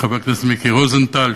חבר הכנסת מיקי רוזנטל,